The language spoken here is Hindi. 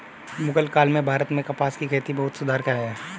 मुग़ल काल में भारत में कपास की खेती में बहुत सुधार आया